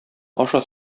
аша